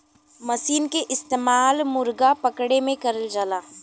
मसीन के इस्तेमाल मुरगा पकड़े में करल जाला